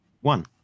one